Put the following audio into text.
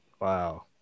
Wow